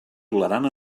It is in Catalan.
tolerant